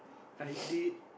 i did